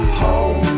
home